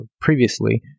previously